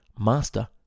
master